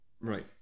Right